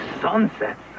sunsets